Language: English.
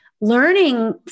Learning